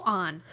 on